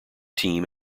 team